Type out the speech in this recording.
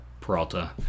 peralta